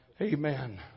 Amen